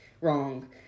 wrong